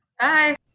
bye